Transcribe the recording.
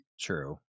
true